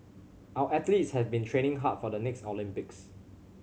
our athletes have been training hard for the next Olympics